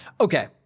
Okay